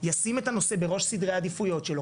ישימו את הנושא בראש סדרי העדיפויות שלהם.